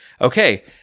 okay